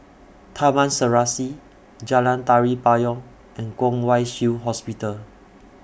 Taman Serasi Jalan Tari Payong and Kwong Wai Shiu Hospital